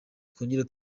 twongere